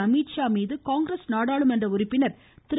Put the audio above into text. அமித்ஷா மீது காங்கிரஸ் நாடாளுமன்ற உறுப்பினர் திரு